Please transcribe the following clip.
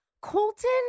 Colton